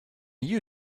you